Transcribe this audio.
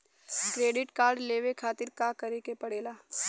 Credit card लेवे खातिर का करे के पड़ेला?